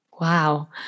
Wow